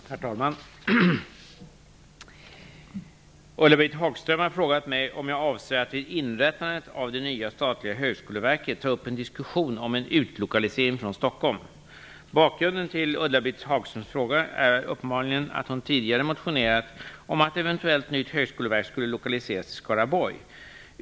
Herr talman! Ulla-Britt Hagström har frågat mig om jag avser att vid inrättandet av det nya statliga högskoleverket ta upp en diskussion om en utlokalisering från Stockholm. Bakgrunden till Ulla-Britt Hagströms fråga är uppenbarligen att hon tidigare motionerat om att ett eventuellt nytt högskoleverk skulle lokaliseras till Skaraborg.